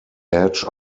edge